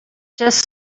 just